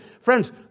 Friends